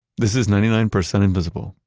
this is ninety nine percent invisible.